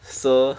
so